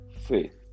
faith